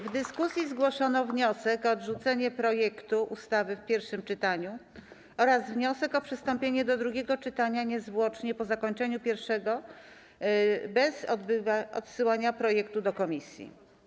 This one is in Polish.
W dyskusji zgłoszono wniosek o odrzucenie projektu ustawy w pierwszym czytaniu oraz wniosek o przystąpienie do drugiego czytania niezwłocznie po zakończeniu pierwszego bez odsyłania projektu do komisji.